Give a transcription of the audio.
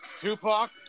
Tupac